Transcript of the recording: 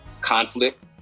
conflict